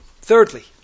Thirdly